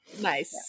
Nice